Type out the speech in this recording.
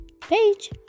page